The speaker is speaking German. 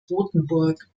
rotenburg